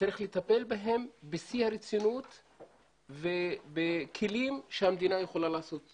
וצריך לטפל בהם בשיא הרצינות ובכלים שהמדינה יכולה לעשות טיפול.